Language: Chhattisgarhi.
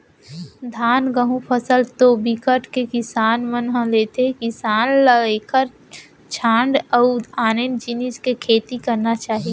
धान, गहूँ फसल तो बिकट के किसान मन ह लेथे किसान ल एखर छांड़ अउ आने जिनिस के खेती करना चाही